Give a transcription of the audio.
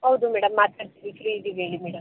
ಹೌದು ಮೇಡಮ್ ಮಾತಾಡ್ತಿವಿ ಫ್ರೀ ಇದೀವಿ ಹೇಳಿ ಮೇಡಮ್